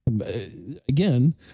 again